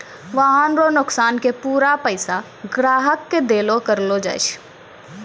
वाहन रो नोकसान के पूरा पैसा ग्राहक के देलो करलो जाय छै